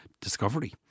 discovery